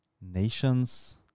nations